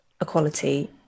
equality